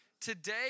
today